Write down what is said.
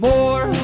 More